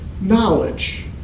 knowledge